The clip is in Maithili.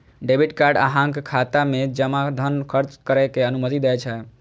डेबिट कार्ड अहांक खाता मे जमा धन खर्च करै के अनुमति दै छै